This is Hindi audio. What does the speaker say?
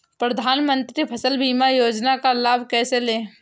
प्रधानमंत्री फसल बीमा योजना का लाभ कैसे लें?